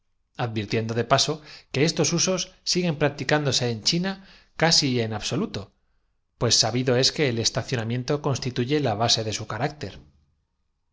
do de paso que estos usos siguen practicándose hoy en china casi en absoluto pues sabido es que el estacio si el visitado le recibe la silla ó litera entra á tra namiento constituye la base de su carácter